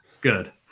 Good